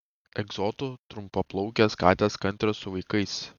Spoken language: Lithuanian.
egzotų trumpaplaukės katės kantrios su vaikais